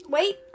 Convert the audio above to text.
Wait